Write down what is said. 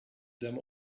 them